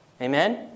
Amen